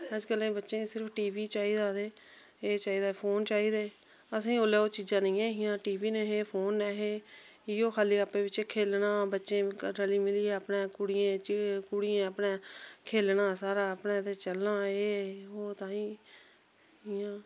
अजकल्लें दे बच्चें सिर्फ टी वी चाहिदा ते एह् चाहिदा फोन चाहिदे असें गी ओल्लै ओह् चीजां नेईं है हियां टी वी नेहे फोन नेहे ते इ'यो खाली आप्पे बिच्चें खेलना बच्चें रली मिलियै अपने कुड़ियें च कुड़ियें अपने खेलना सारा अपने ते चलना एह् ओह् ताईं इ'यां